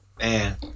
Man